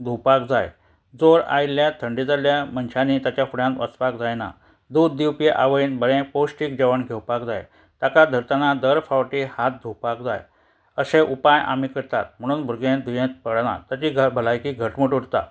धुवपाक जाय जोर आयल्ल्या थंडी जाल्ल्या मनशांनी ताच्या फुड्यान वचपाक जायना दूद दिवपी आवयन बरें पौश्टीक जेवण घेवपाक जाय ताका धरताना दर फावटी हात धुवपाक जाय अशे उपाय आमी करतात म्हणून भुरगें दुयेंत पडना ताची घ भलायकी घटमूट उरता